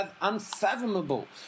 unfathomable